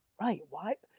right, why.